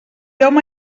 home